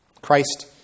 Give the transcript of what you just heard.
Christ